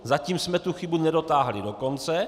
Zatím jsme tu chybu nedotáhli do konce.